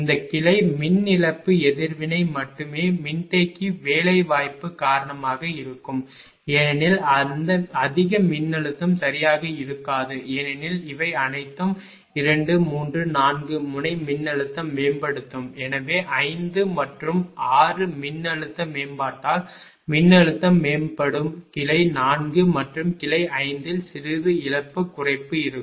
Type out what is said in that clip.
இந்த கிளை மின் இழப்பு எதிர்வினை மட்டுமே மின்தேக்கி வேலைவாய்ப்பு காரணமாக இருக்கும் ஏனெனில் அதிக மின்னழுத்தம் சரியாக இருக்காது ஏனெனில் இவை அனைத்தும் 2 3 4 முனை மின்னழுத்தம் மேம்படுத்தும் எனவே 5 மற்றும் 6 மின்னழுத்த மேம்பாட்டால் மின்னழுத்தம் மேம்படும் கிளை 4 மற்றும் கிளை 5 ல் சிறிது இழப்பு குறைப்பு இருக்கும்